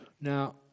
Now